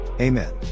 Amen